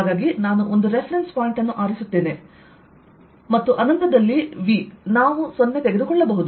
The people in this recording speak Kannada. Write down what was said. ಆದ್ದರಿಂದ ನಾನು ಒಂದು ರೆಫರೆನ್ಸ್ ಪಾಯಿಂಟ್ ಅನ್ನು ಆರಿಸುತ್ತೇನೆ ಆದ್ದರಿಂದ ಅನಂತದಲ್ಲಿ V ನಾವು 0 ತೆಗೆದುಕೊಳ್ಳಬಹುದು